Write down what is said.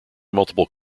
multiple